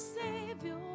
Savior